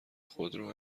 خودرو